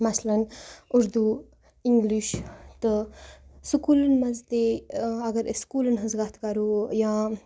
مثلاً اُردو اِنٛگلِش تہٕ سکوٗلَن منٛز تہِ اگر أسۍ سکوٗلَن ہٕنٛز کَتھ کَرو یا